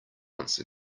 once